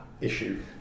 Issue